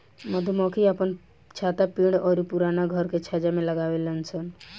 मधुमक्खी आपन छत्ता पेड़ अउरी पुराना घर के छज्जा में लगावे लिसन